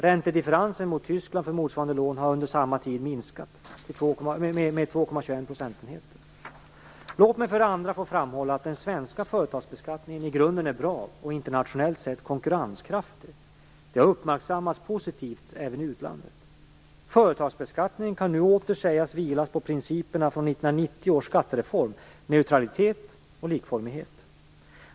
Räntedifferensen mot Tyskland för motsvarande lån har under samma tid minskat med Låt mig för det andra få framhålla att den svenska företagsbeskattningen i grunden är bra och internationellt sett konkurrenskraftig. Detta har uppmärksammats positivt även i utlandet. Företagsbeskattningen kan nu åter sägas vila på principerna från 1990 års skattereform - neutralitet och likformighet.